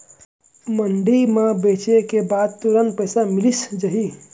मंडी म बेचे के बाद तुरंत पइसा मिलिस जाही?